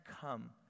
come